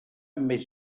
més